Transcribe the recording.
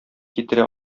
китерә